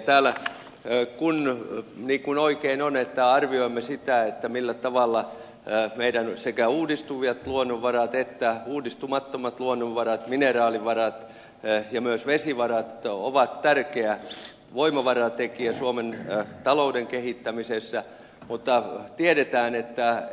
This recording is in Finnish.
täällä niin kuin oikein on arvioimme sitä millä tavalla meidän sekä uudistuvat luonnonvaramme että uudistumattomat luonnonvaramme mineraalivarat ja myös vesivarat ovat tärkeä voimavaratekijä suomen talouden kehittämisessä mutta tiedetään